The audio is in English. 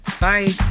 Bye